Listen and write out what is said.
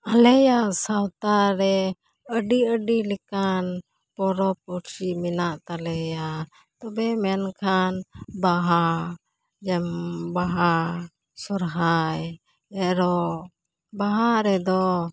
ᱟᱞᱮᱭᱟᱜ ᱥᱟᱶᱛᱟ ᱨᱮ ᱟᱹᱰᱤ ᱟᱹᱰᱤ ᱞᱮᱠᱟᱱ ᱯᱚᱨᱚᱵᱽ ᱯᱚᱨᱥᱤ ᱢᱮᱱᱟᱜ ᱛᱟᱞᱮᱭᱟ ᱛᱚᱵᱮ ᱢᱮᱱᱠᱷᱟᱱ ᱵᱟᱦᱟ ᱡᱮᱢᱚᱱ ᱵᱟᱦᱟ ᱥᱚᱨᱦᱟᱭ ᱮᱨᱚᱜ ᱵᱟᱦᱟ ᱨᱮᱫᱚ